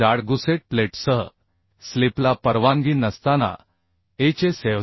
जाड गुसेटप्लेट सह स्लिपला परवानगी नसताना HSFG